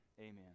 Amen